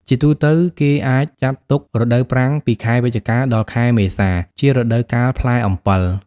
ជាទូទៅ គេអាចចាត់ទុក រដូវប្រាំងពីខែវិច្ឆិកា ដល់ខែមេសា ជារដូវកាលផ្លែអំពិល។